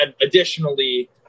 additionally